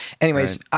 Anyways-